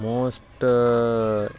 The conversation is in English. most